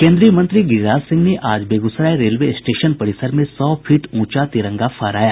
केन्द्रीय मंत्री गिरिराज सिंह ने आज बेगूसराय रेलवे स्टेशन परिसर में सौ फीट ऊँचा तिरंगा फहराया